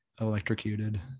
electrocuted